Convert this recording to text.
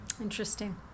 Interesting